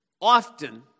often